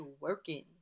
working